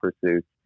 pursuits